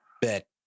Bet